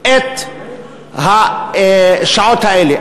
את השעות האלה.